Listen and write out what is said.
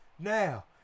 Now